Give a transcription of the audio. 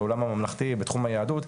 בעולם הממלכתי בתחום היהדות,